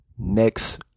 next